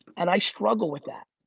and i struggle with that.